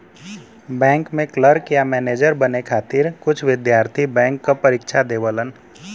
bank में clerk या manager बने खातिर कुछ विद्यार्थी बैंक क परीक्षा देवलन